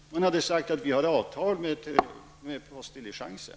Man hade påstått att man hade avtal med postdiligensen, men man kunde inte klara uppgiften.